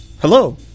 Hello